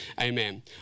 amen